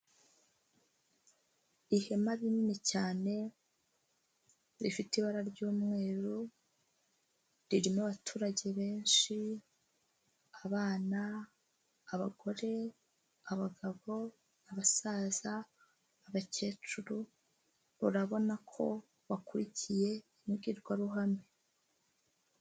Ihema rinini cyane rifite ibara ry'umweru, ririmo abaturage benshi, abana, abagore, abagabo, abasaza, abakecuru, urabona ko bakurikiye imbwirwaruhame.